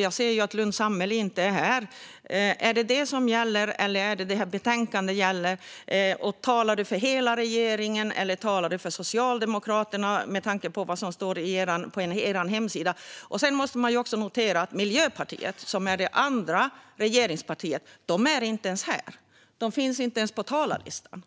Jag ser ju att Lundh Sammeli inte är här. Är det det som gäller, Petter Löberg, eller är det betänkandet som gäller? Och talar du för hela regeringen, eller talar du för Socialdemokraterna med tanke på vad som står på er hemsida? Man måste också notera att Miljöpartiet, som är det andra regeringspartiet, inte ens är här. De finns inte ens på talarlistan,